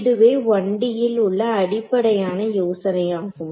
இதுவே 1D ல் உள்ள அடிப்படையான யோசனை ஆகும்